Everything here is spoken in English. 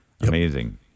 Amazing